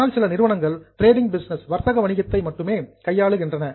ஆனால் சில நிறுவனங்கள் டிரேடிங் பிசினஸ் வர்த்தக வணிகத்தை மட்டுமே கையாளுகின்றன